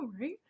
right